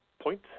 point